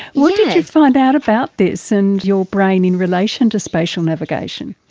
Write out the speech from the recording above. what did you find out about this and your brain in relation to spatial navigation?